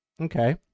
Okay